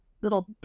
little